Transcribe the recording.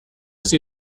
sie